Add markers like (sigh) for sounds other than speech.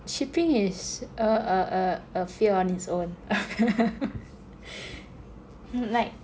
shipping is a a a fee on its own (laughs) like